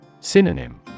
Synonym